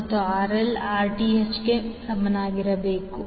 ಮತ್ತು RL Rth ಗೆ ಸಮನಾಗಿರಬೇಕು